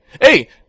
Hey